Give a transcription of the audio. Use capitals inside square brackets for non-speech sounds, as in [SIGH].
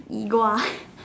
E [LAUGHS]